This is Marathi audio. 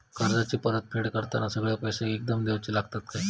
कर्जाची परत फेड करताना सगळे पैसे एकदम देवचे लागतत काय?